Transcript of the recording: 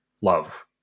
love